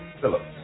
Phillips